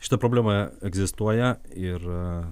šita problema egzistuoja ir